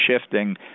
shifting